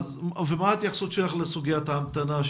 ומה ההתייחסות שלך לסוגיית ההמתנה,